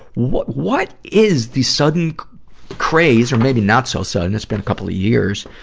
what what is the sudden craze or maybe not so sudden it's been a couple of years.